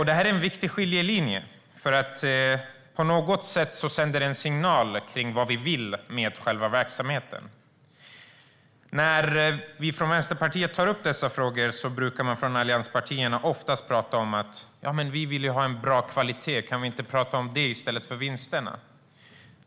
Detta är en viktig skiljelinje. På något sätt sänder det en signal om vad vi vill med själva verksamheten. När vi från Vänsterpartiet tar upp dessa frågor brukar man från allianspartierna oftast säga: Vi vill ha en bra kvalitet. Kan vi inte tala om det i stället för om vinsterna?